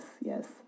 yes